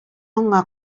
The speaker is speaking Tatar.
аңа